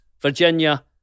Virginia